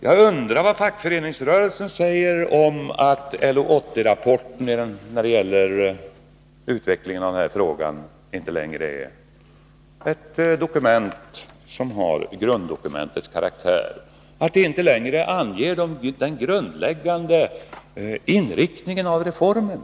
Jag undrar vad fackföreningsrörelsen säger om att LO 80-rapporten inte längre är ett dokument som har karaktär av grunddokument, att det inte längre anger den grundläggande inriktningen av reformen.